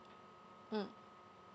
mm